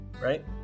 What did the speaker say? right